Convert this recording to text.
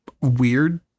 weird